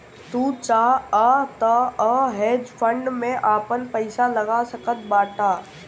तू चाहअ तअ हेज फंड में आपन पईसा लगा सकत बाटअ